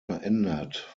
verändert